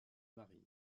marine